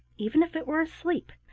even if it were asleep,